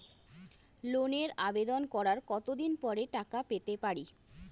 লোনের আবেদন করার কত দিন পরে টাকা পেতে পারি?